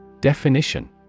Definition